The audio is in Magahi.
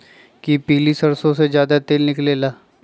कि पीली सरसों से ज्यादा तेल निकले ला?